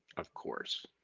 of course.